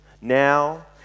now